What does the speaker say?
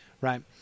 right